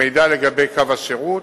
את המידע לגבי קו השירות.